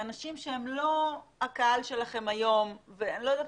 לאנשים שהם לא הקהל שלכם היום ואני לא יודעת